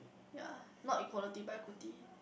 yea not equality but equity